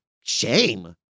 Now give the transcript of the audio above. shame